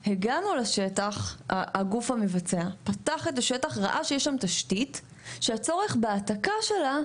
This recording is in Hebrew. שהגוף המבצע פתח את השטח וראה שיש שם תשתית שהצורך בהעתקה שלה,